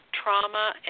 Trauma